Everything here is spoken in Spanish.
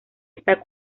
está